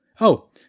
Oh